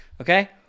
Okay